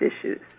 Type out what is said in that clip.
issues